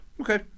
Okay